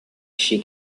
she